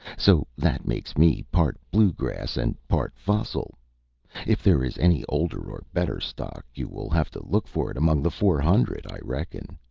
so that makes me part blue grass and part fossil if there is any older or better stock, you will have to look for it among the four hundred, i reckon.